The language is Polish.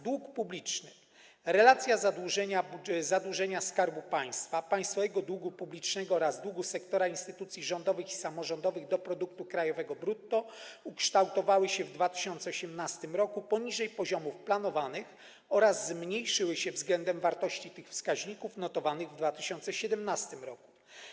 Dług publiczny, relacja zadłużenia Skarbu Państwa, państwowego długu publicznego oraz długu sektora instytucji rządowych i samorządowych do produktu krajowego brutto ukształtowały się w 2018 r. poniżej poziomów planowanych oraz zmniejszyły się względem wartości tych wskaźników notowanych w 2017 r.